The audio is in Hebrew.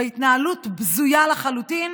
בהתנהלות בזויה לחלוטין.